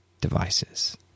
devices